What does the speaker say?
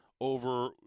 over